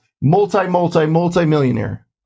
multi-multi-multi-millionaire